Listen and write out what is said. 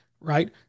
right